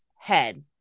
head